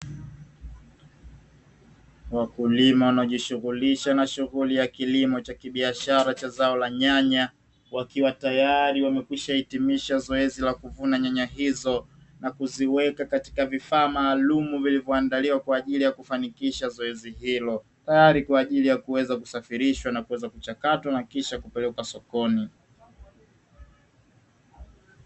Wakulima wanaojishughulisha na shughuli ya kilimo cha kibiashara cha zao la nyanya, wakiwa tayari wamekwisha hitimisha zoezi la kuvuna nyanya hizo na kuziweka katika vifaa maalumu vilivyoandaliwa kwa ajili ya kufanikisha zoezi hilo. Tayari kwa ajili ya kuweza kusafirishwa na kuweza kuchakatwa na kisha kupelekwa sokoni.